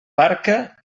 barca